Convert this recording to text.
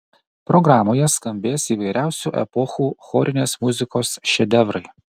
programoje skambės įvairiausių epochų chorinės muzikos šedevrai